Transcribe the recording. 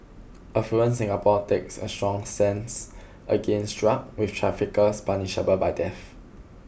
affluent Singapore takes a strong stance against drugs with traffickers punishable by death